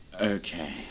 Okay